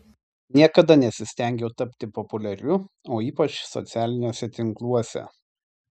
niekada nesistengiau tapti populiariu o ypač socialiniuose tinkluose